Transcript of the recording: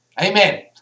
Amen